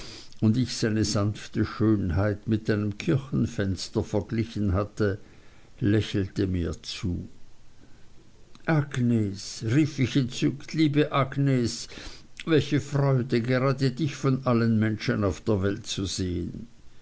und ich seine sanfte schönheit mit einem kirchenfenster verglichen hatte lächelte mir zu agnes rief ich entzückt liebe agnes welche freude gerade dich von allen menschen auf der welt zu sehen